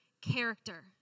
character